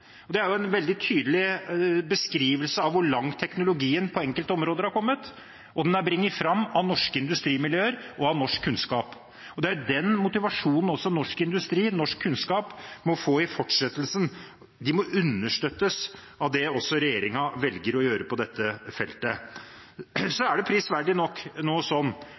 Det er jo en veldig tydelig beskrivelse av hvor langt teknologien på enkelte områder er kommet – og den er brakt fram av norske industrimiljøer og av norsk kunnskap. Det er den motivasjonen også norsk industri, norsk kunnskap, må få i fortsettelsen. De må understøttes av det også regjeringen velger å gjøre på dette feltet. Så er det prisverdig nok nå sånn